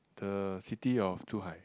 the city of Zhu-hai